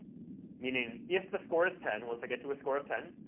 meaning if the score is ten, once i get to a score of ten,